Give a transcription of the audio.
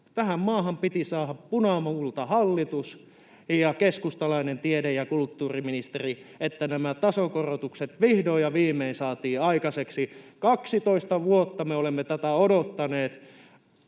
tähän maahan piti saada punamultahallitus ja keskustalainen tiede- ja kulttuuriministeri, että nämä tasokorotukset vihdoin ja viimein saatiin aikaiseksi. 12 vuotta me olemme tätä odottaneet.